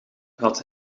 had